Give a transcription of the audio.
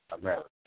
America